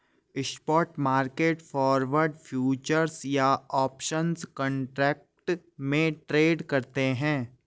spot market forward, futures या options contract में trade करते हैं